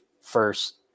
first